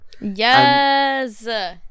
Yes